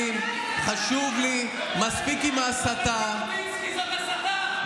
תתייחס לעניין.